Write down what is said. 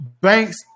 Banks